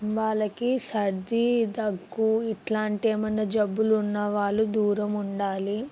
వాళ్ళకి సర్దీ దగ్గు ఇట్లాంటివి ఏమైనా జబ్బులు ఉన్నా వాళ్ళు దూరం ఉండాలి